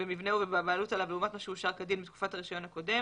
במבנהו ובבעלות עליו לעומת מה שאושר כדין בתקופת הרישיון הקודם".